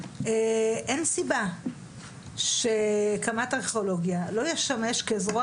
אין סיבה שקמ"ט ארכיאולוגיה לא ישמש כזרוע